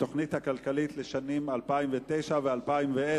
התוכנית הכלכלית לשנים 2009 ו-2010),